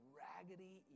raggedy